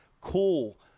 cool